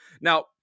Now